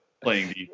playing